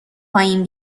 پایین